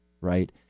right